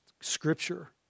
Scripture